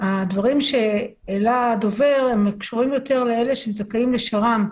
הדברים שהעלה הדובר הם קשורים יותר לאלה שזכאים לשר"ם,